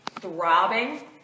throbbing